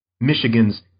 Michigan's